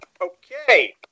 Okay